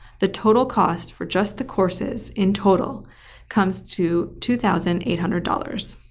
the total cost for just the courses in total comes to two thousand eight hundred dollars.